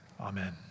Amen